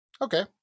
okay